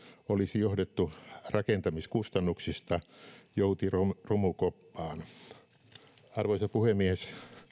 olisi johdettu rakentamiskustannuksista jouti romukoppaan arvoisa puhemies